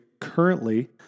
currently